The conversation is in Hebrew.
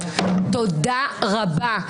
תודה רבה.